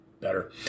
better